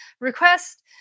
request